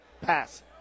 pass